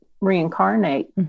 reincarnate